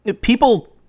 People